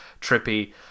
trippy